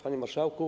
Panie Marszałku!